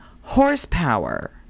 horsepower